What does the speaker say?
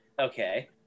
Okay